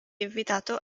invitato